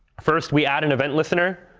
first, we add an event listener,